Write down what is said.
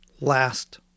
last